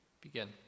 Begin